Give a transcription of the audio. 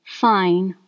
fine